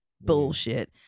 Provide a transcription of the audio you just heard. bullshit